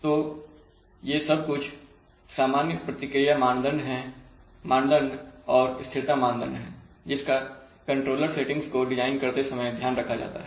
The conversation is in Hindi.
तो ये सब कुछ सामान्य प्रतिक्रिया मानदंड और स्थिरता मानदंड है जिनका कंट्रोलर सेटिंग्स को डिजाइन करते समय ध्यान रखा जाता है